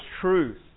truth